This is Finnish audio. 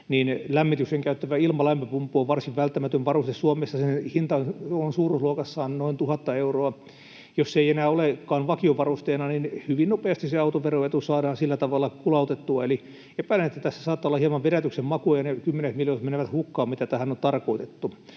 lämmitykseen käytettävä ilmalämpöpumppu on varsin välttämätön varuste Suomessa. Sen hinta on suuruusluokassa noin 1 000 euroa. Jos se ei enää olekaan vakiovarusteena, niin hyvin nopeasti se auton veroetu saadaan sillä tavalla kulautettua. Eli epäilen, että tässä saattaa olla hieman vedätyksen makua ja ne kymmenet miljoonat menevät hukkaan, mitä tähän on tarkoitettu.